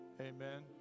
Amen